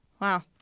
Wow